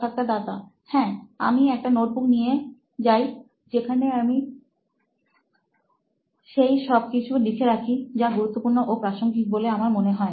সাক্ষাৎকারদাতা হ্যাঁ আমি একটা নোটবুক নিয়ে যায় যেখানে আমি সেই সবকিছু লিখে রাখি যা গুরুত্বপূর্ণ ও প্রাসঙ্গিক বলে আমার মনে হয়